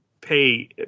pay